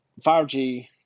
5G